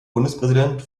bundespräsident